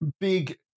big